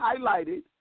highlighted